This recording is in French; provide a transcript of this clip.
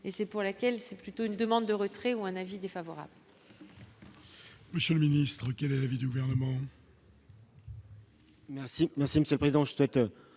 et c'est pour laquelle c'est plutôt une demande de retrait ou un avis défavorable.